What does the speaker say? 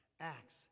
Acts